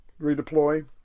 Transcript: Redeploy